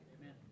Amen